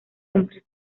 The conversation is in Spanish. cumplir